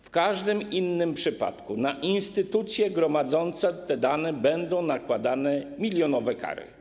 W każdym innym przypadku na instytucje gromadzące te dane będą nakładane milionowe kary.